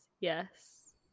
Yes